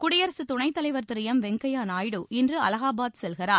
குடியரசுத் துணைத் தலைவர் திரு எம் வெங்கயைா நாயுடு இன்று அலகாபாத் செல்கிறார்